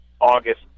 August